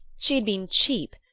she had been cheap,